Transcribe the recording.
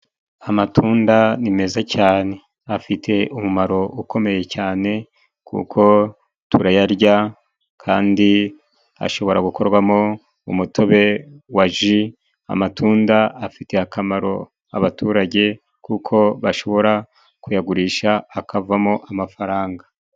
Amatunda ni meza cyane afite umumaro ukomeye cyane. Kuko turayarya kandi ashobora gukorwamo umutobe waji. Amatunda afitiye akamaro abaturage kuko bashobora kuyagurisha, hakavamo amafaranga.